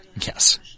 Yes